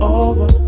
over